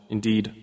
Indeed